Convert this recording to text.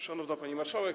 Szanowna Pani Marszałek!